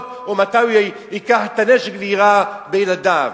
או מתי הוא ייקח את הנשק ויירה בילדיו.